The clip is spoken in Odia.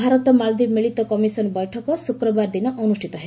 ଭାରତ ମାଳଦୀପ ମିଳିତ କମିଶନ ବୈଠକ ଶ୍ରକ୍ବାର ଦିନ ଅନୁଷ୍ଠିତ ହେବ